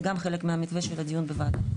זה גם חלק מהמתווה של הדיון בוועדה.